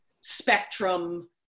spectrum